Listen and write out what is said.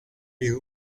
you